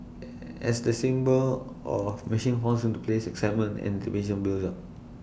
as the symbols of machine falls into place excitement and builds up